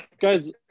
Guys